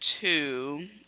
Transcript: two